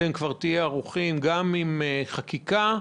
אתם תהיו ערוכים גם עם חקיקה,